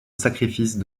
sacrifice